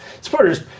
supporters